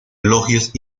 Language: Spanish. elogios